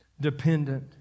dependent